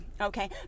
Okay